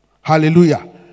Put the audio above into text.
hallelujah